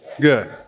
Good